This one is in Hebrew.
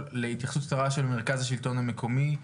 להתייחסות קצרה של מרכז השלטון המקומי.